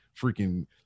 freaking